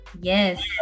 Yes